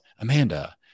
Amanda